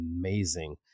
amazing